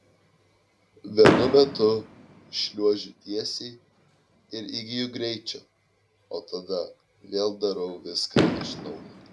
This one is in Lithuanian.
vienu metu šliuožiu tiesiai ir įgyju greičio o tada vėl darau viską iš naujo